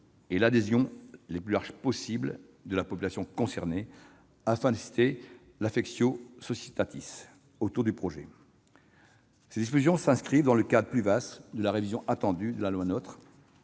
et l'adhésion les plus larges possible de la population concernée, afin de susciter l'autour du projet. Ces dispositions s'inscrivent dans le cadre plus vaste de la révision attendue de la loi NOTRe,